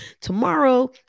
tomorrow